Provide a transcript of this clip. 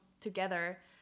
together